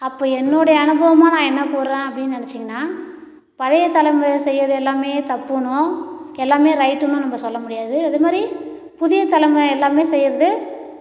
அப்போது என்னுடைய அனுபவமாக நான் என்ன கூறுறேன் அப்படின்னு நினைச்சீங்கன்னால் பழைய தலைமுறையினர் செய்யற எல்லாமே தப்புணும் எல்லாமே ரைட்டுனும் நம்ம சொல்ல முடியாது அது மாதிரி புதிய தலைமுறையினர் எல்லாம் செய்யறது